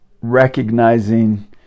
recognizing